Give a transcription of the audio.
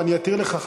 ואני אתיר לך,